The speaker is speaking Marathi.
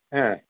हं